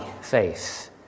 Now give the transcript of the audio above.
faith